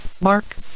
Mark